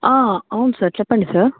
అవును సార్ చెప్పండి సార్